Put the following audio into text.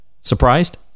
Surprised